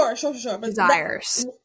desires